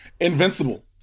Invincible